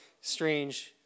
strange